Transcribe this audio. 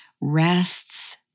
rests